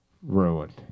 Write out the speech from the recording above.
Ruined